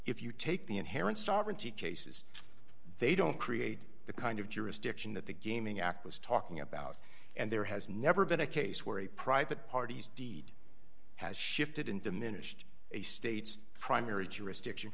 if you take the inherent starvin to cases they don't create the kind of jurisdiction that the gaming act was talking about and there has never been a case where a private parties deed has shifted and diminished a state's primary jurisdiction